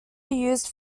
used